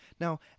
Now